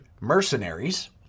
mercenaries